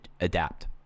adapt